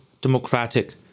democratic